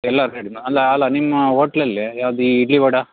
ಎಲ್ಲ ಅಲ್ಲ ಅಲ್ಲ ನಿಮ್ಮ ಓಟ್ಲಲ್ಲಿ ಯಾವ್ದು ಈ ಇಡ್ಲಿ ವಡ